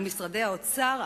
על משרדי האוצר,